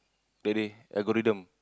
really I got rhythm